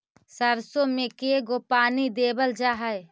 सरसों में के गो पानी देबल जा है?